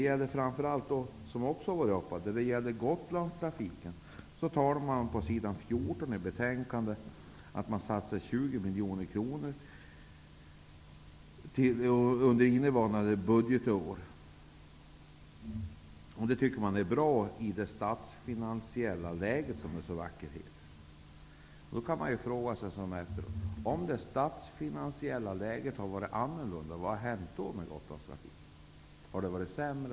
När det gäller Gotlandstrafiken tar utskottet på s.14 i betänkandet upp att det satsas 20 miljoner kronor under innevarande budgetår. Det tycker man är bra i detta statsfinansiella läge, som det så vackert heter. Man kan då fråga sig: Om det statsfinansiella läget varit annorlunda, vad hade då hänt med Gotlandstrafiken?